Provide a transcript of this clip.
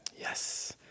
Yes